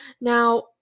Now